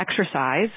exercise